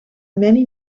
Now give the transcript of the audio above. many